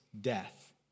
death